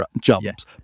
jumps